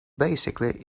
basically